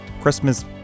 Christmas